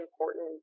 important